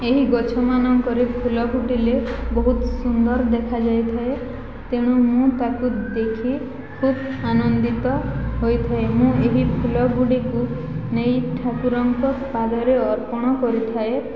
ଏହି ଗଛମାନଙ୍କରେ ଫୁଲ ଫୁଟିଲେ ବହୁତ ସୁନ୍ଦର ଦେଖାଯାଇଥାଏ ତେଣୁ ମୁଁ ତା'କୁ ଦେଖି ଖୁବ୍ ଆନନ୍ଦିତ ହୋଇଥାଏ ମୁଁ ଏହି ଫୁଲଗୁଡ଼ିକୁ ନେଇ ଠାକୁରଙ୍କ ପାଦରେ ଅର୍ପଣ କରିଥାଏ